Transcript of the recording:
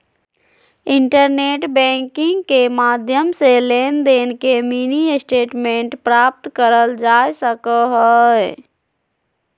internet banking के माध्यम से लेनदेन के मिनी स्टेटमेंट प्राप्त करल जा सको हय